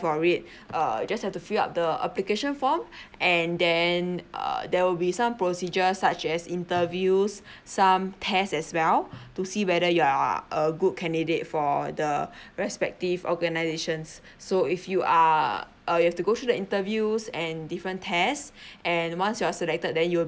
for it err you just have to fill up the application form and then err there will be some procedure such as interviews some test as well to see whether you are a good candidate for the respective organisations so if you are uh you have to go through the interviews and different test and once you're selected then you'll